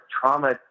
trauma